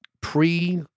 pre